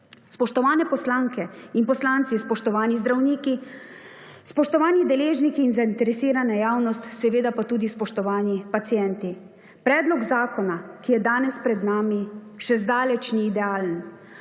Spoštovani poslanke in poslanci, spoštovani zdravniki, spoštovani deležniki in zainteresirana javnost, seveda pa tudi spoštovani pacienti, Predlog zakona, ki je danes pred nami, še zdaleč ni idealen.